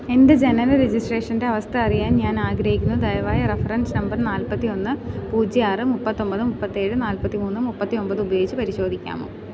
എൻ്റെ ജനന രജിസ്ട്രേഷൻ്റെ അവസ്ഥ അറിയാൻ ഞാൻ ആഗ്രഹിക്കുന്നു ദയവായി റഫറൻസ് നമ്പർ നാല്പത്തിയൊന്ന് പൂജ്യം ആറ് മുപ്പത്തൊൻപത് മുപ്പത്തിയേഴ് നാല്പത്തിമൂന്ന് മുപ്പത്തി ഒൻപത് ഉപയോഗിച്ച് പരിശോധിക്കാമോ